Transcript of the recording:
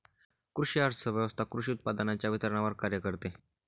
कृषी अर्थव्यवस्वथा कृषी उत्पादनांच्या वितरणावर कार्य करते